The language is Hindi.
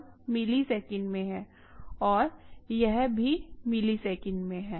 यह सब मिलीसेकंड में है और यह भी मिलीसेकंड में है